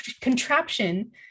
contraption